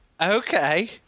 Okay